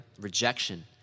rejection